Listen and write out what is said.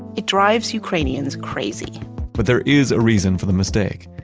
it drives ukrainians crazy but there is a reason for the mistake.